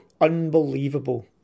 unbelievable